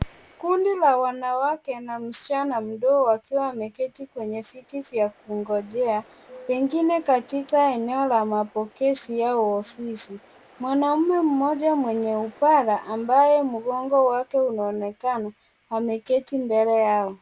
Kundi la wanawake na msichana mdogo wakiwa wameketi kwenye viti vya kungojea, wengine katika eneo la mapokezi au ofisi, mwanaume moja mwenye upara ambaye mgongo wake unaonekana ameketi mbele yao.